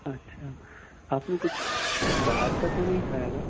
اچھا آپ نے کچھ باہر کا تو نہیں کھایا تھا